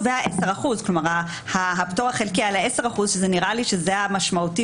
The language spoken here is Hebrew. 10%. כלומר הפטור החלקי על 10% שנראה לי שהוא המשמעותי